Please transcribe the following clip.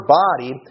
body